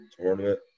tournament